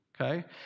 okay